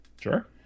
Sure